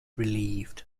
relieved